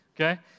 Okay